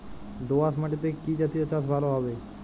দোয়াশ মাটিতে কি জাতীয় চাষ ভালো হবে?